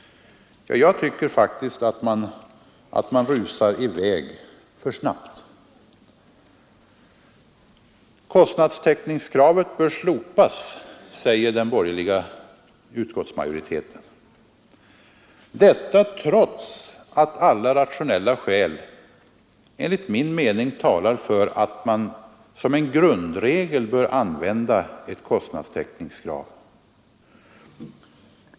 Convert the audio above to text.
Jag tycker faktiskt att den rusar i väg för snabbt. Kostnadstäckningskravet bör slopas, säger den borgerliga utskottsmajoriteten — detta trots att alla rationella skäl enligt min mening talar för att man som en grundregel bör använda ett kostnadstäckningskrav.